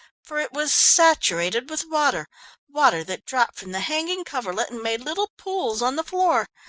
for it was saturated with water water that dropped from the hanging coverlet, and made little pools on the floor.